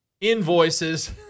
invoices